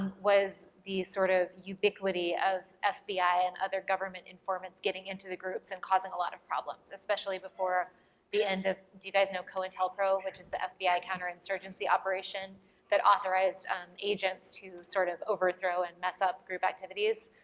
and was the sort of ubiquity of ah fbi and other government informants getting into the groups and causing a lot of problems, especially before the end of, do you guys know cointelpro which is the fbi counter-insurgency operation that authorized agents to sort of overthrow and mess up group activities?